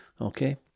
Okay